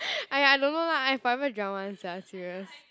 !aiya! I don't know lah I forever drunk one sia serious